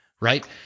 right